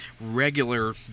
regular